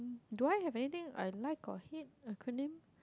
do I have anything I like or hate acronym